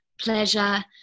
pleasure